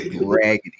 Raggedy